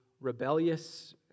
rebellious